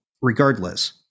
regardless